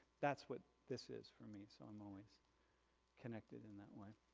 that's what this is for me. so, i'm always connected in that way.